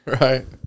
Right